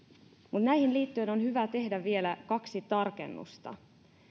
näihin liittyen on hyvä tehdä vielä kaksi tarkennusta